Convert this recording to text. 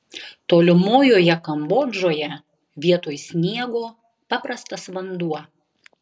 tolimojoje kambodžoje vietoj sniego paprastas vanduo